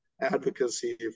advocacy